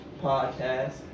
Podcast